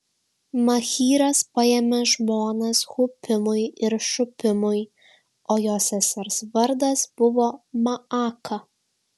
machyras paėmė žmonas hupimui ir šupimui o jo sesers vardas buvo maaka